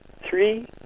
Three